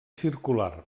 circular